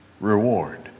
reward